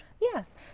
yes